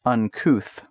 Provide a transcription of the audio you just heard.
Uncouth